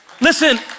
Listen